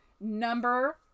number